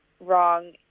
wrong